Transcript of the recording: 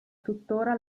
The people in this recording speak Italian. tuttora